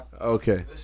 Okay